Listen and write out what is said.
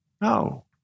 No